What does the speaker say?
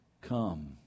Come